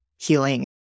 Healing